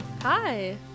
hi